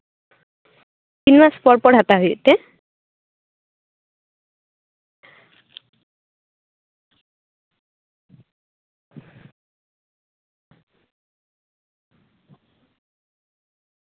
ᱛᱤᱱ ᱢᱟᱥ ᱯᱚᱨ ᱯᱚᱨ ᱦᱟᱛᱟᱣ ᱦᱩᱭᱩᱜ ᱛᱮ